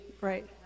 Right